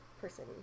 person